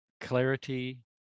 clarity